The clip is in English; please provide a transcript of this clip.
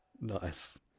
Nice